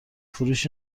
فروش